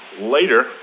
later